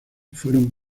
fueron